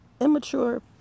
immature